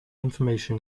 information